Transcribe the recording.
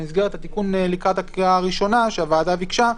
במסגרת התיקון לקראת הקריאה הראשונה שהוועדה ביקשה,